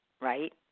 right